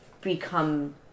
become